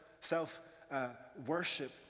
self-worship